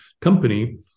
company